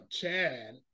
Chad